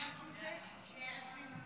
סעיפים 1